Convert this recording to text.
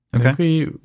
Okay